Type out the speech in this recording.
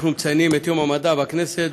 אנחנו מציינים את יום המדע בכנסת,